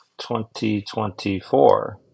2024